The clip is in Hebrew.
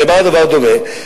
למה הדבר דומה?